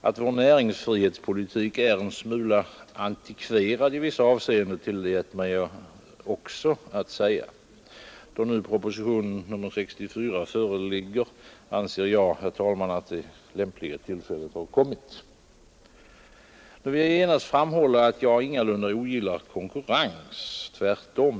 Att vår näringsfrihetspolitik är en smula antikverad i vissa avseenden tillät jag mig också att säga. Då nu propositionen 64 föreligger, anser jag, herr talman, att det lämpliga tillfället har kommit. Nu vill jag genast framhålla, att jag ingalunda ogillar konkurrens. Tvärtom.